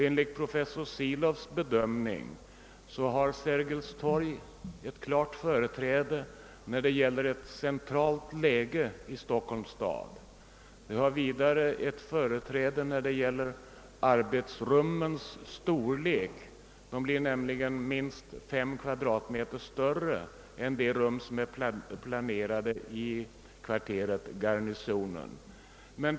Enligt hans bedömning har Sergels torg ett klart företräde när det gäller centralt läge i Stockholm och beträffande arbetsrummens storlek; de blir nämligen minst 5 kvadratmeter större än de rum, som är planerade inom kvarteret Garnisonen.